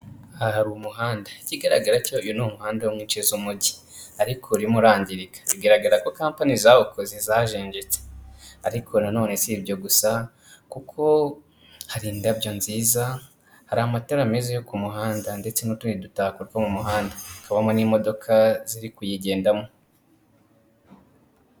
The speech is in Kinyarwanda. Aha hari umuhanda ikigaragara cyo uyu ni umuhanda wo mu nce z'umujyi ariko urimo urangirika bigaragara ko kampani zawukozeze zajenjetse ariko nanone si ibyo gusa kuko hari indabyo nziza hari amatara meza yo ku muhanda ndetse n'utundi dutako two mu muhanda hakabamo n'imodoka ziri kuyigendamo.